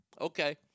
Okay